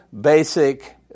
basic